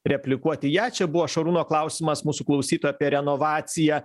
replikuot į ją čia buvo šarūno klausimas mūsų klausytojo apie renovaciją